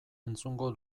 entzungo